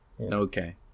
Okay